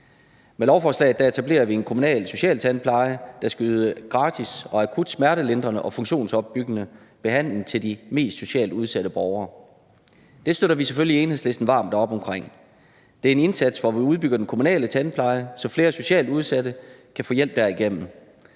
Med lovforslaget etablerer vi en kommunal socialtandpleje, der skal yde gratis og akut smertelindrende og funktionsopbyggende behandling til de mest socialt udsatte borgere. Det støtter vi selvfølgelig i Enhedslisten varmt op om. Det er en indsats, hvor vi udbygger den kommunale tandpleje, så flere socialt udsatte kan få hjælp derigennem.